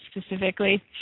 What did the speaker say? specifically